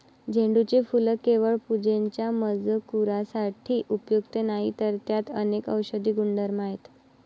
झेंडूचे फूल केवळ पूजेच्या मजकुरासाठी उपयुक्त नाही, तर त्यात अनेक औषधी गुणधर्म आहेत